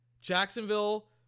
Jacksonville